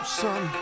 son